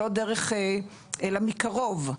אלא מקרוב,